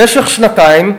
למשך שנתיים,